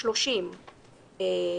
לחברי הכנסת שבין 21 30 זה יהיה